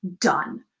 done